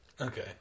Okay